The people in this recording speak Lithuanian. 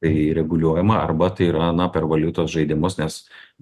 tai reguliuojama arba tai yra na per valiutos žaidimus nes